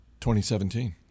2017